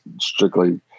strictly